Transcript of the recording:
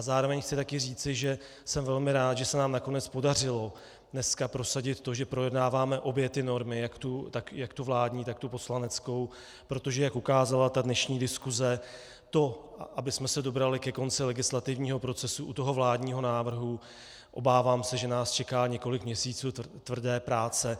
Zároveň chci také říci, že jsem velmi rád, že se nám nakonec podařilo dneska prosadit to, že projednáváme obě ty normy, jak tu vládní, tak tu poslaneckou, protože jak ukázala dnešní diskuse, to, abychom se dobrali ke konci legislativního procesu u vládního návrhu obávám se, že nás čeká několik měsíců tvrdé práce.